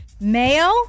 Mayo